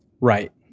right